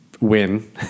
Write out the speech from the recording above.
win